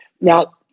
Now